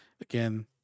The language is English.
again